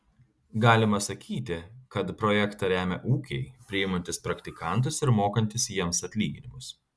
galima sakyti kad projektą remia ūkiai priimantys praktikantus ir mokantys jiems atlyginimus